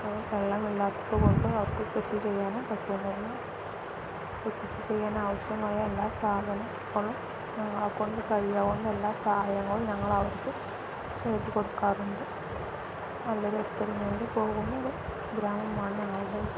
അ വെള്ളമില്ലാത്തത് കൊണ്ട് അവർക്ക് കൃഷി ചെയ്യാനും പറ്റുന്നില്ല അ കൃഷി ചെയ്യാൻ ആവശ്യമായ എല്ലാ സാധനം എപ്പളും ഞങ്ങളെ കൊണ്ട് കഴിയാവുന്ന എല്ലാ സഹായങ്ങളും ഞങ്ങൾ അവർക്ക് ചെയ്തു കൊടുക്കാറുണ്ട് നല്ലൊരു ഒത്തരുമയോടെ പോകുന്ന ഗ്രാമമാണ് ഞങ്ങളുടേത്